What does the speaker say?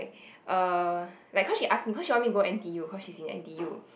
uh like cause she ask me cause she want me to go n_t_u cause she is in n_t_u